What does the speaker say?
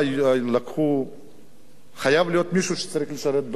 חייב להיות מישהו שמשרת בצבא.